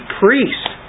priests